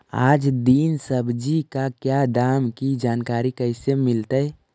आज दीन सब्जी का क्या दाम की जानकारी कैसे मीलतय?